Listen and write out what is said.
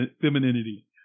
femininity